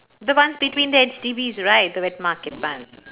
the ones between the H_D_Bs right the wet market one